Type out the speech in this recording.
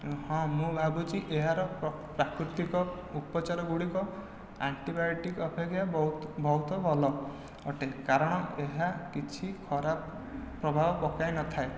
ହଁ ମୁଁ ଭାବୁଛି ଏହାର ପ୍ରାକୃତିକ ଉପଚାର ଗୁଡ଼ିକ ଆଣ୍ଟିବାୟୋଟିକ ଅପେକ୍ଷା ବହୁତ ବହୁତ ଭଲ ଅଟେ କାରଣ ଏହା କିଛି ଖରାପ ପ୍ରଭାବ ପକାଇନଥାଏ